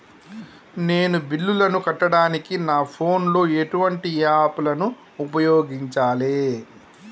నేను బిల్లులను కట్టడానికి నా ఫోన్ లో ఎటువంటి యాప్ లను ఉపయోగించాలే?